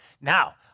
Now